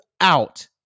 out